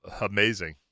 Amazing